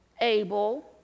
Abel